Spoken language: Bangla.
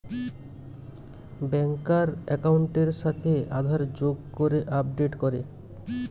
ব্যাংকার একাউন্টের সাথে আধার যোগ করে আপডেট করে